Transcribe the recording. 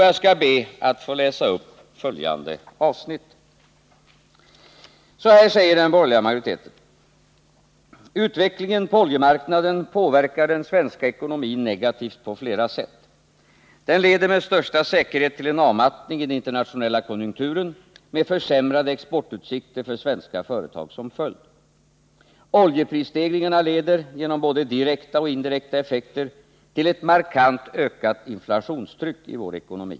Jag skall be att få läsa upp följande avsnitt: 27 november 1979 ”Utvecklingen på oljemarknaden påverkar den svenska ekonomin negativt på flera sätt. Den leder med största säkerhet till en avmattning i den internationella konjunkturen med försämrade exportutsikter för svenska företag som följd. Oljeprisstegringarna leder, genom både direkta och indirekta effekter, till ett markant ökat inflationstryck i vår ekonomi.